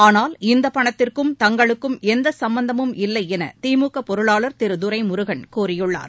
ஆனால் இந்த பணத்திற்கும் தங்களுக்கும் எந்த சும்பந்தமும் இல்லை என திமுக பொருளாளா் திரு துரைமுருகன் கூறியுள்ளார்